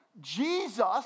Jesus